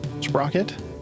Sprocket